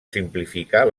simplificar